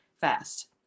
fast